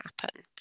happen